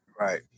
Right